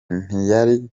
ntiyari